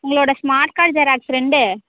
உங்களோடய smart card xerox ரெண்டு